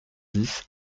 dix